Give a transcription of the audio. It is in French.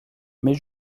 mais